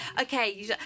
okay